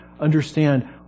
understand